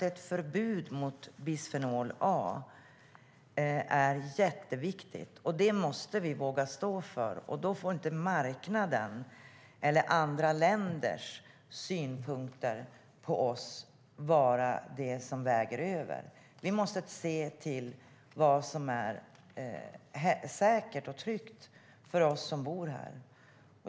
Ett förbud mot bisfenol A är jätteviktigt, och det måste vi våga stå för. Marknadens eller andra länders synpunkter får inte vara det som väger över. Vi måste se till det som är säkert och tryggt för oss som bor här.